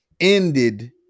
ended